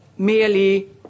merely